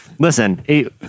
Listen